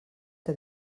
que